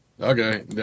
Okay